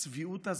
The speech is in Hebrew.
הצביעות הזאת,